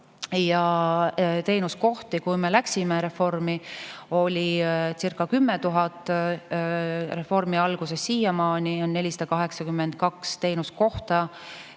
ja teenuskohti, kui me läksime reformi, olicirca10 000. Reformi algusest siiamaani on 482 teenuskohta